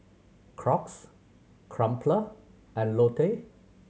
Crocs Crumpler and Lotte